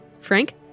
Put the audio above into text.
Frank